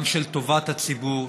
גם של טובת הציבור,